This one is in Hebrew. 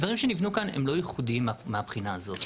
הדברים שנבנו כאן הם לא ייחודיים מהבחינה הזאת.